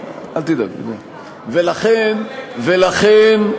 ולכן, ולכן,